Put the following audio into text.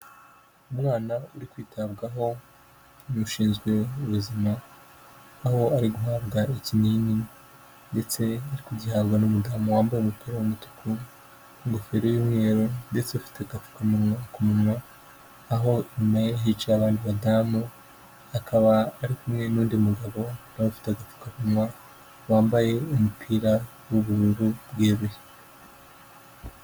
Umwana uri kwitabwaho n'ushinzwe ubuzima, aho ahabwa ikinini ndetse ari kugihabwa n'umudamu wambaye umupira w'umutuku n'ingofero y'umweru ndetse afite agapfukamunwa ku munwa aho inyuma ye hicaye abandi badamu akaba ari kumwe n'undi mugabo nawe ufita agapfukamunwa wambaye umupira w'ubururu bweruye.